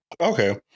Okay